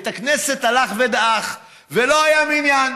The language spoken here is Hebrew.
בית הכנסת הלך ודעך ולא היה מניין,